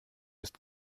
ist